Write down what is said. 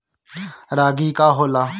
रागी का होला?